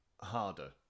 harder